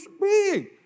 big